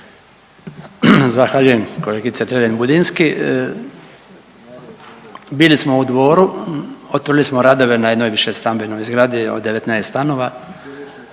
Zahvaljujem kolegice Dreven Budinski. Bili smo u Dvoru, otvorili smo radove na jednoj višestambenoj zgradi od 19 stanova